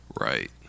Right